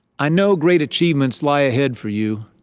i know great achievements lie ahead for you.